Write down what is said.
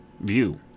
view